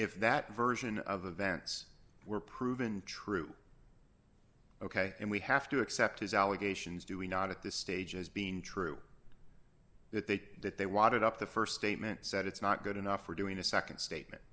if that version of events were proven true ok and we have to accept his allegations do we not at this stage as being true that they that they wanted up the st statement said it's not good enough for doing a nd statement